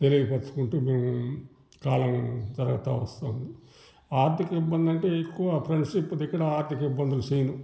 తెలియ పరుచుకుంటూ మేము కాలాన్ని జరగతా వస్తున్నాం ఆర్థిక ఇబ్బందంటే ఎక్కువ ఫ్రెండ్షిప్ దగ్గర ఆర్థిక ఇబ్బంది చేయను